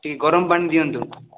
ଟିକିଏ ଗରମ ପାଣି ଦିଅନ୍ତୁ